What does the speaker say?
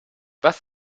was